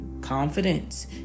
Confidence